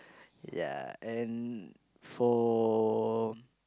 yeah and for